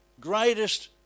greatest